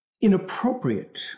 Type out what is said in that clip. inappropriate